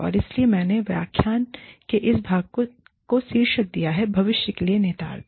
और इसीलिए मैंने व्याख्यान के इस भाग को शीर्षक दिया है भविष्य के लिए निहितार्थ